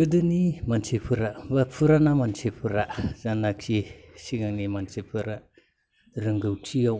गोदोनि मानसिफोरा बा फुराना मानसिफोरा जानोखि सिगांनि मानसिफोरा रोंगौथियाव